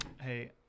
Hey